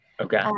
Okay